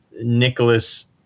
Nicholas